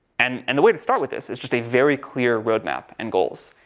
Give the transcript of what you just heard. and, and the way to start with this is just a very clear roadmap and goals.